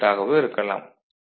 5 volt ஆகவோ இருக்கலாம்